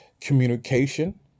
communication